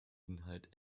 inhalt